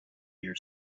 your